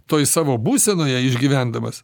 toj savo būsenoje išgyvendamas